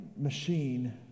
machine